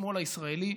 לשמאל הישראלי.